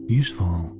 useful